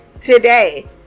today